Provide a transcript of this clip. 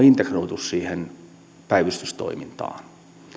integroitu siihen päivystystoimintaan